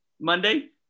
Monday